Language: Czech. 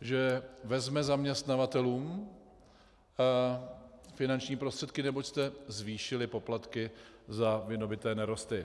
že vezme zaměstnavatelům finanční prostředky, neboť jste zvýšili poplatky za vydobyté nerosty.